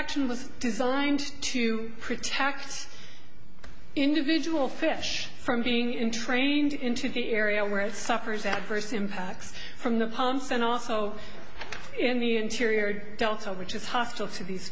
action was designed to protect individual fish from being in trained into the area where it suffers adverse impacts from the pumps and also in the interior delta which is hostile to these